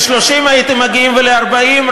ל-30 הייתם מגיעים ול-40,